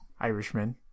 Irishman